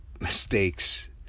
mistakes